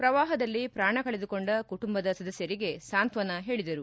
ಪ್ರವಾಹದಲ್ಲಿ ಪ್ರಾಣ ಕಳೆದುಕೊಂಡ ಕುಟುಂಬದ ಸದಸ್ಥರಿಗೆ ಅವರು ಸಾಂತ್ವನ ಹೇಳಿದರು